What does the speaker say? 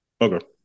Okay